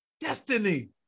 destiny